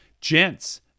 Gents